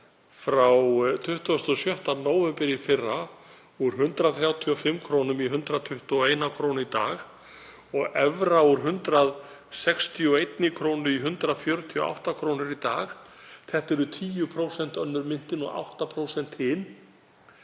frá 26. nóvember í fyrra úr 135 kr. í 121 kr. í dag og evra úr 161 kr. í 148 kr. í dag — það eru 10% önnur myntin og 8% hin